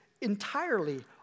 entirely